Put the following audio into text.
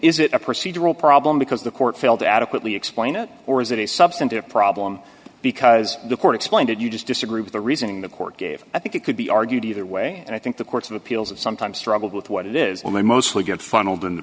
is it a procedural problem because the court failed to adequately explain it or is it a substantive problem because the court explained it you just disagree with the reasoning the court gave i think it could be argued either way and i think the courts of appeals have sometimes struggled with what it is only mostly good funnelled in